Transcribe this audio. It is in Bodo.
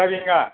द्राइभिङा